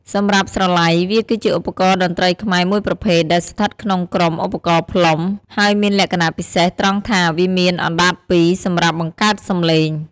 សម្រាប់ ស្រឡៃ វាគឺជាឧបករណ៍តន្រ្តីខ្មែរមួយប្រភេទដែលស្ថិតក្នុងក្រុម ឧបករណ៍ផ្លុំ ហើយមានលក្ខណៈពិសេសត្រង់ថាវាមាន អណ្ដាតពីរ សម្រាប់បង្កើតសំឡេង។